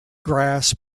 grass